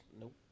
Nope